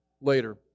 later